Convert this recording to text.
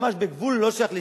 ממש בגבול שלא שייך לישראל,